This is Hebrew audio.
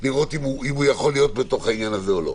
לראות אם הוא יכול להיות בעניין הזה או לא.